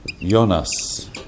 Jonas